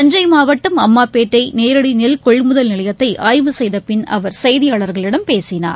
தஞ்சை மாவட்டம் அம்மாபேட்டை நேரடி நெல் கொள்முதல் நிலையத்தை ஆய்வு செய்தபின் அவர் செய்தியாளர்களிடம் பேசினார்